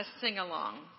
sing-along